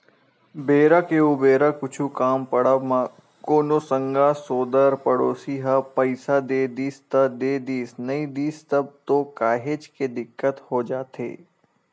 बेरा के उबेरा कुछु काम पड़ब म कोनो संगा सोदर पड़ोसी ह पइसा दे दिस त देदिस नइ दिस तब तो काहेच के दिक्कत हो जाथे